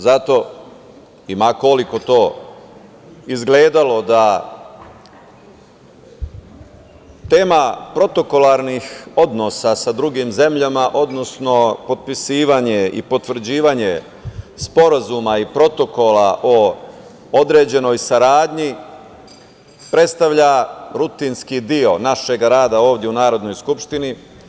Zato, i ma koliko to izgledalo da tema protokolarnih odnosa sa drugim zemljama, odnosno potpisivanje i potvrđivanje i sporazuma i protokola o određenoj saradnji predstavlja rutinski deo našeg rada ovde u Narodnoj skupštini.